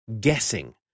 guessing